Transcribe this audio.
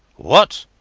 what?